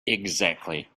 exactly